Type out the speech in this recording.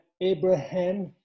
Abraham